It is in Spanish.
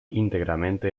íntegramente